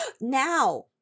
Now